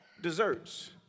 desserts